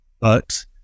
but-